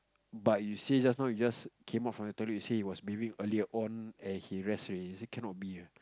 but you say just now you just came out from the toilet you say he was bathing earlier on and he rest already we say cannot be ah